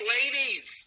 Ladies